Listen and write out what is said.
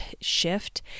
shift